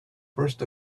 first